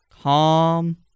calm